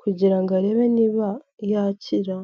kugira ngo arebe niba yakira.